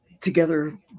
together